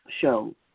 show